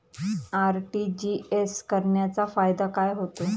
RTGS करण्याचा फायदा काय होतो?